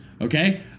okay